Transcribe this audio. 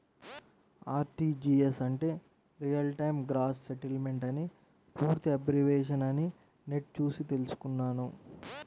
RTGS అంటే real time gross settlement అని పూర్తి అబ్రివేషన్ అని నెట్ చూసి తెల్సుకున్నాను